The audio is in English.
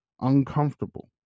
uncomfortable